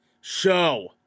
Show